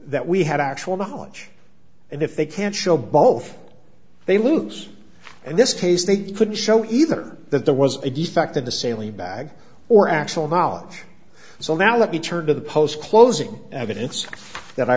that we had actual knowledge and if they can show both they lose and this case they could show either that there was a defect in the sailing bag or actual knowledge so now let me turn to the post closing evidence that i